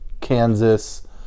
Kansas